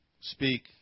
speak